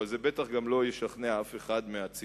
אבל זה בטח גם לא ישכנע אף אחד מהציבור.